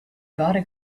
gotta